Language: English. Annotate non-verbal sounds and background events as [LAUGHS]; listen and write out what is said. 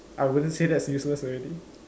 [LAUGHS] I wouldn't say that's useless already